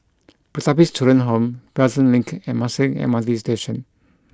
Pertapis Children Home Pelton Link and Marsiling M R T Station